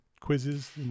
quizzes